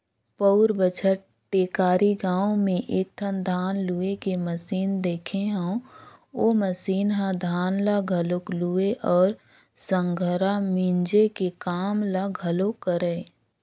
पउर बच्छर टेकारी गाँव में एकठन धान लूए के मसीन देखे हंव ओ मसीन ह धान ल घलोक लुवय अउ संघरा मिंजे के काम ल घलोक करय